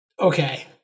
Okay